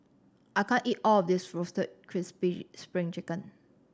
I can't eat all of this Roasted Crispy Spring Chicken